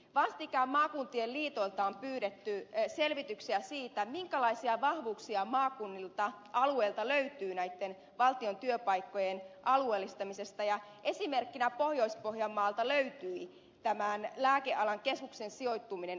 vastikään maakuntien liitoilta on pyydetty selvityksiä siitä minkälaisia vahvuuksia maakunnilta alueilta löytyy näitten valtion työpaikkojen alueellistamisesta ja esimerkkinä pohjois pohjanmaalta löytyi tämän lääkealan keskuksen sijoittuminen ouluun